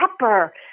pepper